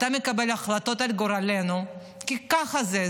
אתה מקבל החלטות על גורלנו, כי ככה זה.